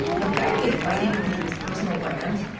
but the guy who made fighting into his personal brand,